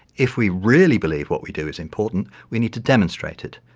if we really believe what we do is important, we need to demonstrate it,